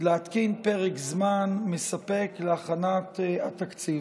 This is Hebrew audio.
להתקין פרק זמן מספק להכנת התקציב.